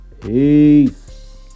Peace